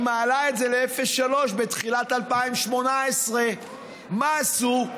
מעלה את זה ל-0.3% בתחילת 2018. מה עשו?